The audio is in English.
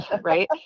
right